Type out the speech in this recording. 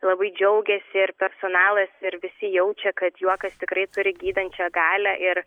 labai džiaugiasi ir personalas ir visi jaučia kad juokas tikrai turi gydančią galią ir